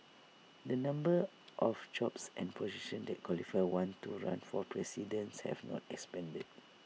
the numbers of jobs and positions that qualify one to run for presidents have not expanded